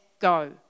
go